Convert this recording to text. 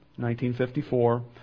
1954